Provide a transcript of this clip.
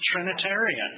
Trinitarian